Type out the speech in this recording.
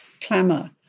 clamour